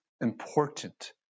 important